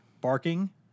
barking